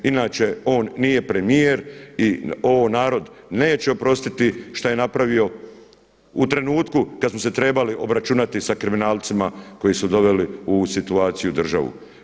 Inače on nije premijer i ovo narod neće oprostiti šta je napravio u trenutku kad smo se trebali obračunati sa kriminalcima koji su doveli u ovu situaciju državu.